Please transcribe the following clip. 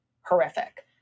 horrific